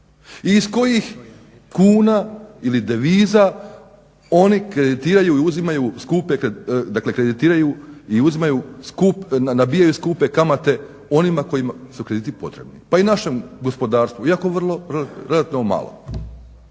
i uzimaju skupe, dakle kreditiraju i nabijaju skupe kamate onima koji su krediti potrebni, pa i našem gospodarstvu iako vrlo